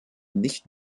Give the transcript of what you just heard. nicht